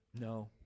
No